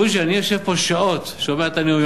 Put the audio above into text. בוז'י, אני יושב פה שעות, שומע את הנאומים.